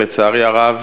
לצערי הרב,